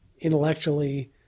intellectually